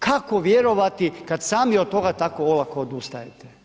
Kako vjerovati, kad sami od toga tako olako odustajete?